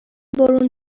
برون